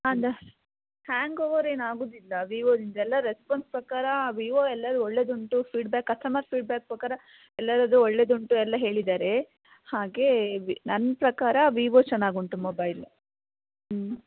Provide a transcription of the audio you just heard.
ಅಂದ್ರೆ ಹ್ಯಾಂಗೋವರ್ ಏನೂ ಆಗುವುದಿಲ್ಲ ವೀವೋದಿಂದ ಎಲ್ಲ ರೆಸ್ಪಾನ್ಸ್ ಪ್ರಕಾರ ವೀವೋ ಎಲ್ಲ ಒಳ್ಳೆಯದುಂಟು ಫೀಡ್ಬ್ಯಾಕ್ ಕಸ್ಟಮರ್ ಫೀಡ್ಬ್ಯಾಕ್ ಪ್ರಕಾರ ಎಲ್ಲರದ್ದೂ ಒಳ್ಳೆಯದುಂಟು ಎಲ್ಲ ಹೇಳಿದ್ದಾರೆ ಹಾಗೇ ವಿ ನನ್ನ ಪ್ರಕಾರ ವೀವೋ ಚೆನ್ನಾಗುಂಟು ಮೊಬೈಲು ಹ್ಞೂ